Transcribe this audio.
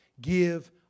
give